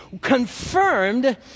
confirmed